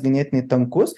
ganėtinai tankus